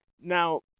now